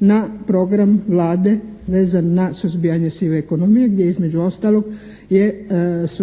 na program Vlade vezan na suzbijanje sive ekonomije gdje je između ostalog je